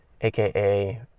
AKA